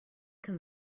can